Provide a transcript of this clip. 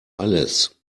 alles